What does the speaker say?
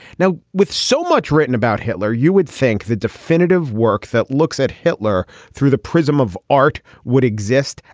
now with so much written about hitler you would think the definitive work that looks at hitler through the prism of art would exist.